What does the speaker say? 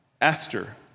Esther